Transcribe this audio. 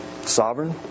Sovereign